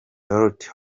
dorothy